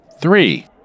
Three